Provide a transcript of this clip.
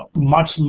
much,